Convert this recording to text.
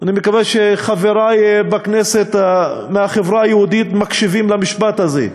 אני מקווה שחברי בכנסת מהחברה היהודית מקשיבים למשפט הזה,